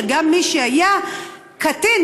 שגם מי שהיה קטין,